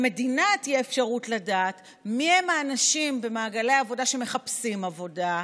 למדינה תהיה אפשרות לדעת מי האנשים במעגלי העבודה שמחפשים עבודה,